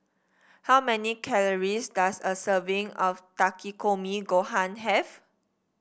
how many calories does a serving of Takikomi Gohan have